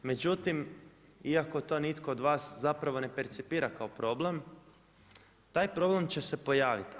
Međutim, iako to nitko od vas zapravo ne percipira kao problem, taj problem će se pojaviti.